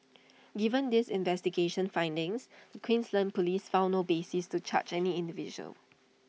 given these investigation findings the Queensland Police found no basis to charge any individual